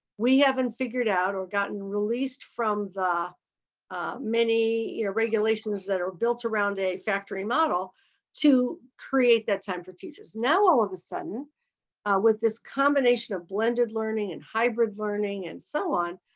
we haven't figured out or gotten released from the many you know regulations that are built around a factory model to create that time for teachers. now all of a sudden with this combination of blended learning and hybrid learning and so on,